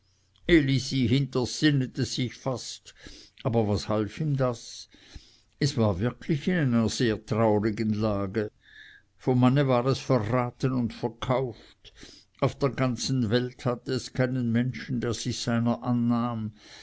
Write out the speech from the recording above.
hintersinnete sich fast aber was half ihm das es war wirklich in einer sehr traurigen lage vom manne war es verraten und verkauft auf der ganzen welt hatte es keinen menschen der sich seiner annahm